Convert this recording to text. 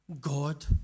God